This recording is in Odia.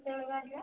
କେତେବେଳେ ବାହାରିବା